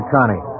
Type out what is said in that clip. Connie